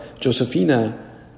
Josephina